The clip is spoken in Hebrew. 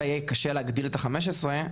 והעלייה יהיה קשה להגדיל את ה-15 שנים,